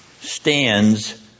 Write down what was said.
stands